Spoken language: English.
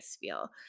feel